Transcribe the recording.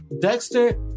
Dexter